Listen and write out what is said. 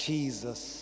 Jesus